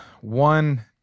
One